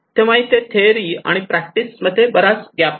तेव्हा इथे थेरी आणि प्रॅक्टिस मध्ये बराच मोठा गॅप आहे